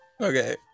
Okay